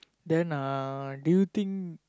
then uh do you think